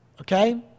okay